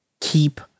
keep